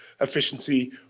efficiency